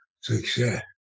success